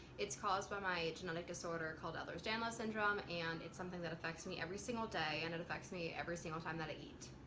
it's caused by my genetic disorder called ehlers-danlos syndrome and it's something that affects me every single day and and affects me every single time that i eat.